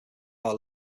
now